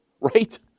Right